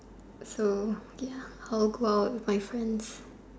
so ya I would go out with my friends